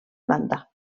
planta